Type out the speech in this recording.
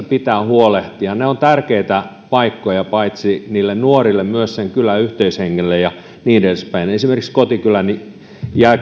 pitää huolehtia ne ovat tärkeitä paikkoja paitsi nuorille myös sen kylän yhteishengelle ja niin edespäin esimerkiksi kotikyläni